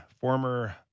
former